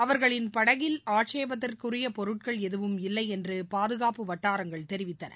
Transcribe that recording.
அவர்களின் படகில் ஆட்சேபத்திற்குரியபொருட்கள் எதுவும் இல்லைஎன்றுபாதுகாப்பு வட்டாரங்கள் தெரிவித்தன